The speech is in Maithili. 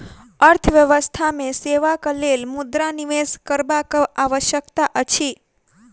अर्थव्यवस्था मे सेवाक लेल मुद्रा निवेश करबाक आवश्यकता अछि